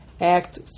act